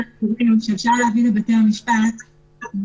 ישי, בבקשה.